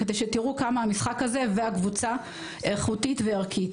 כדי שתראו כמה המשחק הזה והקבוצה איכותית וערכית.